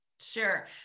Sure